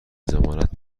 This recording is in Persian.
ضمانت